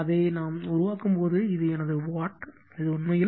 அதை உருவாக்கும் போது இது எனது வாட் இது உண்மையில்